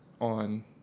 on